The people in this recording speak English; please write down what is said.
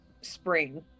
spring